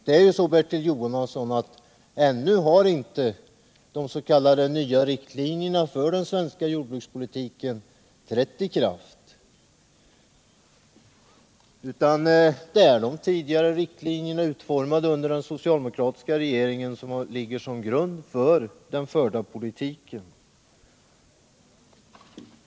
Det är ju så, Bertil Jonasson, att ännu har inte de s.k. nya riktlinjerna för den svenska jordbrukspolitiken trätt i kraft, utan det är de tidigare riktlinjerna, utformade under den socialdemokratiska regeringen, som ligger till grund för den förda politiken.